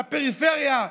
לפריפריה,